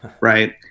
right